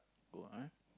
good ah